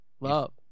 Love